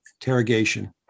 interrogation